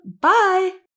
Bye